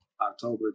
October